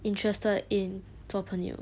interested in 做朋友